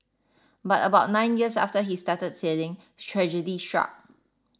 but about nine years after he started sailing tragedy struck